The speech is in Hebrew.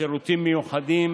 שירותים מיוחדים